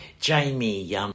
Jamie